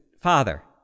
Father